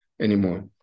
anymore